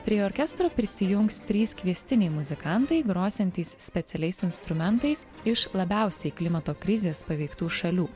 prie orkestro prisijungs trys kviestiniai muzikantai grosiantys specialiais instrumentais iš labiausiai klimato krizės paveiktų šalių